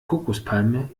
kokospalme